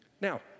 Now